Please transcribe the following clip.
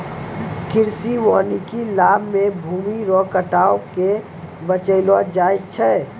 कृषि वानिकी लाभ मे भूमी रो कटाव के बचैलो जाय छै